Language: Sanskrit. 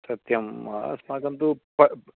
सत्यम् अस्माकं तु प